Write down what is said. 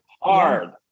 hard